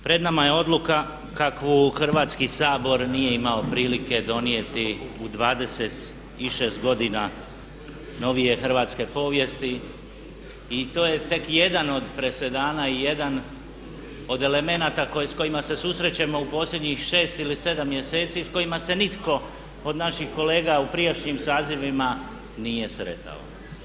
Pred nama je odluka kakvu Hrvatski sabor nije imao prilike donijeti u 26 godina novije hrvatske povijesti i to je tek jedan od presedana i jedan od elemenata s kojima se susrećemo u posljednjih 6 ili 7 mjeseci s kojima se nitko od naših kolega u prijašnjim sazivima nije sretao.